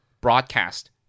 broadcast